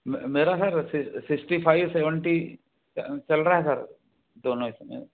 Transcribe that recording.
मेरा sir sixty five seventy चल रहा है सर दोनों इस समय